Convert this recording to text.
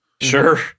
Sure